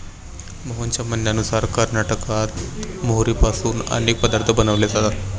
मोहनच्या म्हणण्यानुसार कर्नाटकात मोहरीपासून अनेक पदार्थ बनवले जातात